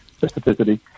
specificity